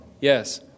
Yes